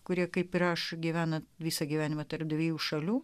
kurie kaip ir aš gyvena visą gyvenimą tarp dviejų šalių